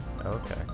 Okay